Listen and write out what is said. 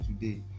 today